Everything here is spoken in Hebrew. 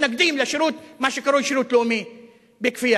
מתנגדים למה שקרוי שירות לאומי בכפייה.